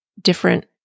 different